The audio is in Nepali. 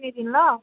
ल